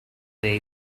way